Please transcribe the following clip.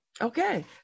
Okay